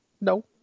no